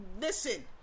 listen